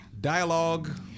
Dialogue